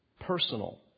personal